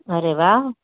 અરે વાહ